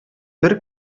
бер